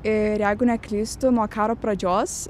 ir jeigu neklystu nuo karo pradžios